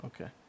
Okay